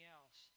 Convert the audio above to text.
else